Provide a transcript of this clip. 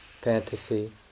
fantasy